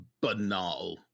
banal